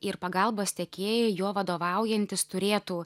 ir pagalbos tiekėjai juo vadovaujantis turėtų